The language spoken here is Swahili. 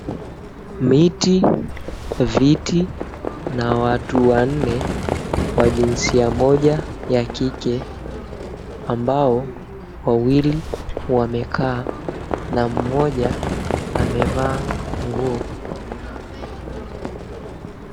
Miti, viti na watu wanne, wa jinsia moja ya kike, ambao wawili wamekaa na moja amevaa nguo.